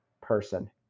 person